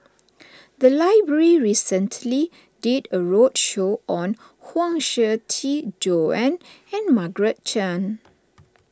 the library recently did a roadshow on Huang Shiqi Joan and Margaret Chan